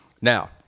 Now